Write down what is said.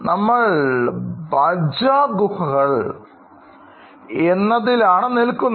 നമ്മൾ ഭജ ഗുഹകൾ എന്നതിൽ ആണ് നിൽക്കുന്നത്